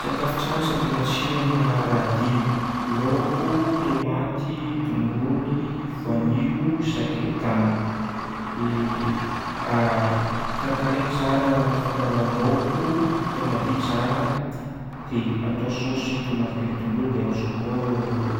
Sakafo tsara sady matsiro aminahy, raha dimy: laoko, tomaty, tongoly, voanio, sakaitany. Dia karakaraigny tsara laoko, atao madio tsara, dia atao saosy tomaty ndraiky tongoly dia arotsaka koa